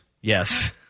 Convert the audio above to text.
Yes